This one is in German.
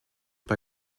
bei